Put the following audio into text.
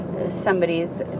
somebody's